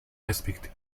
respecter